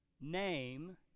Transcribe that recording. name